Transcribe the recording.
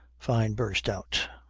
fyne burst out.